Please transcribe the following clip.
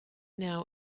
now